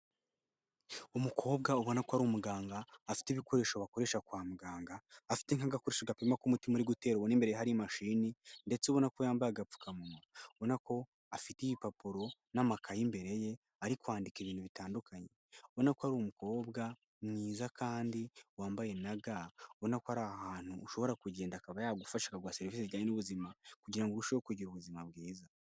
Umukobwa ubona ko ari umuganga, afite ibikoresho bakoresha kwa muganga, afite nk'agakoresho gapima ko umutima uri gutera ubona imbere ye hari mashini ndetse ubona ko yambaye agapfukamunwa, ubona ko afite igipapuro n'amakaye imbere ye ari kwandika ibintu bitandukanye, ubona ko ari umukobwa mwiza kandi wambaye na ga, ubona ko ari ahantu ushobora kugenda akaba yagufasha akaba yagufasha akaguha serivise zijyanye n'ubuzima kugira ngo urusheho kugira ubuzima bwiza.